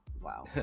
wow